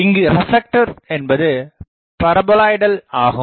இங்கு ரெப்லெக்டர் என்பது பாரபோலாய்டல் ஆகும்